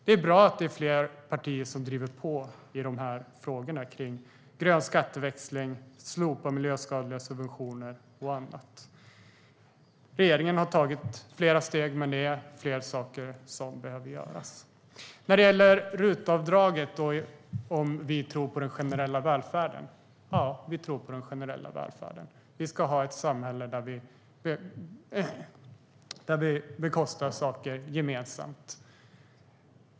Det är bra att det är fler partier som driver på i frågorna kring grön skatteväxling, om att slopa miljöskadliga subventioner och annat. Regeringen har tagit flera steg, men det är fler saker som behöver göras. Sedan gäller det RUT-avdraget och om vi tror på den generella välfärden. Ja, vi tror på den generella välfärden. Vi ska ha ett samhälle där vi bekostar saker gemensamt.